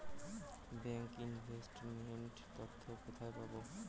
Bank investment তথ্য কোথায় পাব?